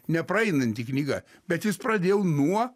nepraeinanti knyga bet jis pradėjo nuo